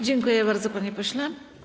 Dziękuję bardzo, panie pośle.